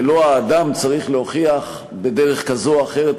ולא האדם צריך להוכיח בדרך כזו או אחרת,